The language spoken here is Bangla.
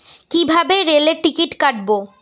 কিভাবে রেলের টিকিট কাটব?